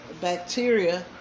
bacteria